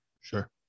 Sure